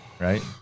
right